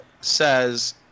says